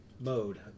mode